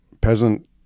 peasant